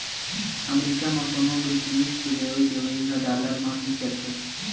अमरीका म कोनो भी जिनिस के लेवइ देवइ ह डॉलर म ही चलथे